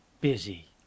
Busy